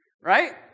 Right